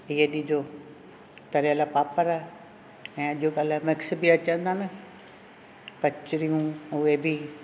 हीअ ॾिजो तरियल पापड़ ऐं अॼु कल्ह मिक्स ॿि अचनि था न कचिड़ियूं उहे बि